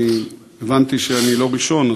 אני הבנתי שאני לא ראשון,